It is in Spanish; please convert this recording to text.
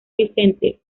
vicente